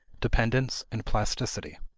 dependence and plasticity.